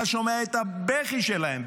אתה שומע את הבכי שלהן,